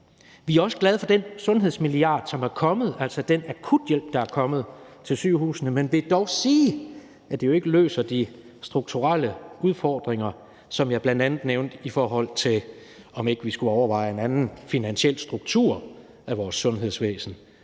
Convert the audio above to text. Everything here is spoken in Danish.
Vi er også glade for den sundhedsmilliard, som er kommet, altså den akuthjælp, der er kommet til sygehusene. Vi vil dog sige, at det ikke løser de strukturelle udfordringer, som jeg bl.a. nævnte, i forhold til om ikke vi skulle overveje en anden finansiel struktur af vores sundhedsvæsen,